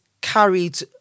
carried